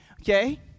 Okay